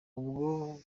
ubwo